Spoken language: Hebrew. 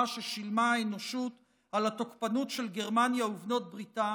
ששילמה האנושות על התוקפנות של גרמניה ובנות בריתה